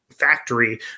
factory